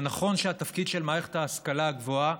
זה נכון שהתפקיד של מערכת ההשכלה הגבוהה